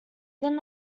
then